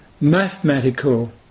mathematical